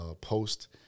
post